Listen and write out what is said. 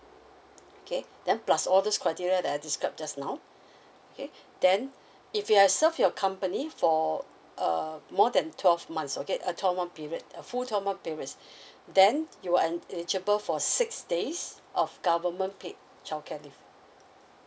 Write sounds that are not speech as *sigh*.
okay then plus all those criteria that I described just now okay then if you have served your company for uh more than twelve months okay a twelve month period a full twelve month period *breath* then you will en~ eligible for six days of government paid childcare leave